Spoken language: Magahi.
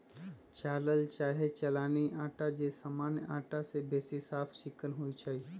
चालल चाहे चलानी अटा जे सामान्य अटा से बेशी साफ चिक्कन होइ छइ